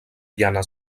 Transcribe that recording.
llana